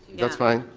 that's fine.